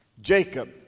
Jacob